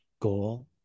goal